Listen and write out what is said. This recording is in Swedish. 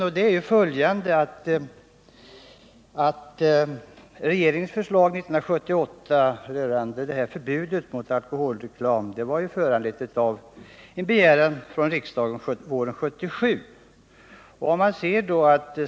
Regeringens förslag 1978 till förbud mot alkoholreklam var föranlett av en begäran från riksdagen våren 1977.